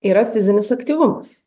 yra fizinis aktyvumas